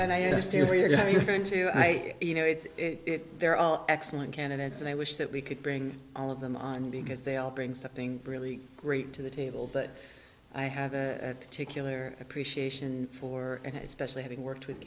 and i understand where you're going to make you know it's there are excellent candidates and i wish that we could bring all of them on because they all bring something really great to the table but i have a particular appreciation for it specially having worked with